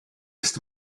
ist